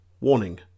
Warning